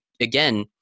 Again